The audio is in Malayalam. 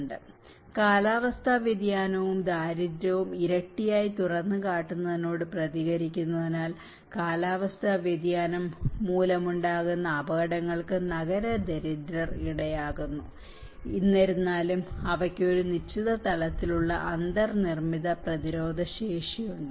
FL 3128 മുതൽ 3400 വരെ കാലാവസ്ഥാ വ്യതിയാനവും ദാരിദ്ര്യവും ഇരട്ടിയായി തുറന്നുകാട്ടുന്നതിനോട് പ്രതികരിക്കുന്നതിനാൽ കാലാവസ്ഥാ വ്യതിയാനം മൂലമുണ്ടാകുന്ന അപകടങ്ങൾക്ക് നഗര ദരിദ്രർ ഇരയാകുന്നു എന്നിരുന്നാലും അവയ്ക്ക് ഒരു നിശ്ചിത തലത്തിലുള്ള അന്തർനിർമ്മിത പ്രതിരോധശേഷിയുമുണ്ട്